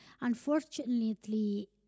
Unfortunately